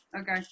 Okay